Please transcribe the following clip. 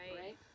Right